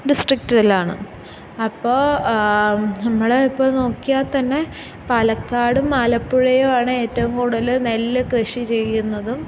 ഡിസ്ട്രിക്ട്ടിലാണ് അപ്പോൾ നമ്മള് ഇപ്പോൾ നോക്കിയാൽ തന്നെ പാലക്കാടും ആലപ്പുഴയും ആണ് ഏറ്റവും കൂടുതൽ നെല്ല് കൃഷി ചെയ്യുന്നതും